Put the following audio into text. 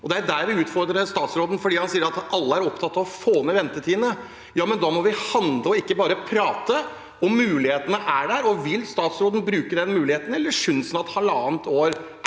er der jeg vil utfordre statsråden, for han sier at alle er opptatt av å få ned ventetidene. Ja, men da må vi handle og ikke bare prate. Muligheten er der. Vil statsråden bruke den muligheten, eller synes han at halvannet år